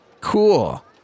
Cool